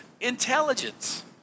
intelligence